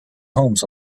homes